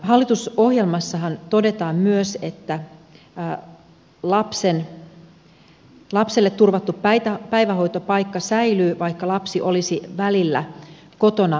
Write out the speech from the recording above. hallitusohjelmassahan todetaan myös että lapselle turvattu päivähoitopaikka säilyy vaikka lapsi olisi välillä kotona hoidossa